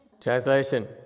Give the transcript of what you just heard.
Translation